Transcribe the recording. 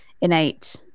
innate